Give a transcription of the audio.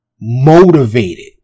motivated